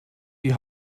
die